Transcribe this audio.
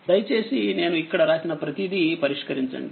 దయచేసినేను ఇక్కడ రాసిన ప్రతిదీ పరిష్కరించండి